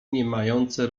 niemające